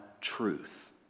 truth